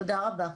תודה רבה.